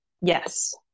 Yes